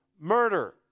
murder